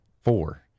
four